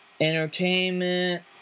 entertainment